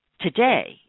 Today